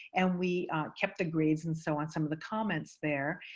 and we kept the grades and so on, some of the comments there.